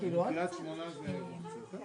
הפניות אושרו.